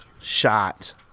shot